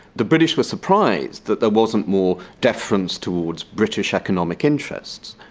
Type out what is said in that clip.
the british were surprised that there wasn't more deference towards british economic interests.